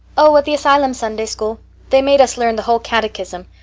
oh, at the asylum sunday-school. they made us learn the whole catechism.